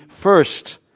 first